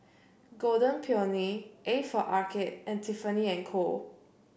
Golden Peony A for Arcade and Tiffany And Co